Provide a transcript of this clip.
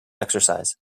exercise